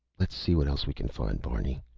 let's see what else we can find, barney.